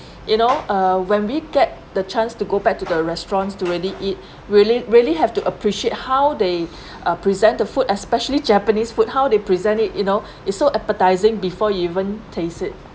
you know uh when we get the chance to go back to the restaurants to really eat really really have to appreciate how they uh present the food especially japanese food how they present it you know it's so appetizing before you even taste it